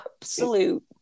absolute